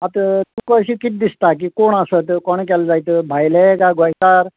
आतां तुका हरशीं कितें दिसता की कोण आसत कोणें केलें जायत भायले गा गोंयकार